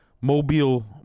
Mobile